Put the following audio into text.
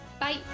bye